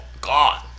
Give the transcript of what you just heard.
god